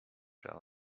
jelly